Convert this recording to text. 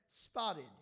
spotted